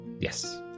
Yes